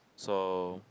so